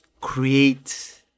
create